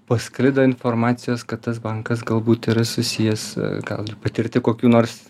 pasklido informacijos kad tas bankas galbūt yra susijęs gal ir patirti kokių nors